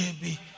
baby